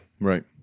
Right